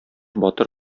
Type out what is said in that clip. батыр